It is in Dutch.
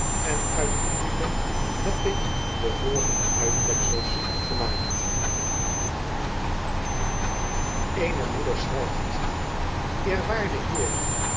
en uit die brieven heb ik de volgende uittreksels gemaakt ft een reiziger die geen handel drijft eene moeder schrijft eerwaarde heer